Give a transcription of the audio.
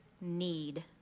need